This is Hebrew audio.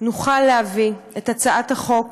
נוכל להביא בהצעת החוק